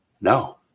No